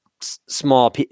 small